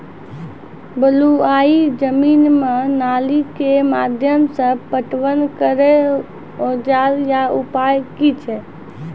बलूआही जमीन मे नाली के माध्यम से पटवन करै औजार या उपाय की छै?